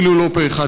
אפילו לא פי-1.25.